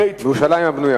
בירושלים הבנויה.